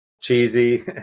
cheesy